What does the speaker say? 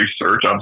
research